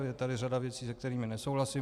Je tady řada věcí, se kterými nesouhlasím.